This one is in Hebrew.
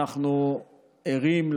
אנחנו ערים,